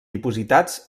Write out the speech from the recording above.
dipositats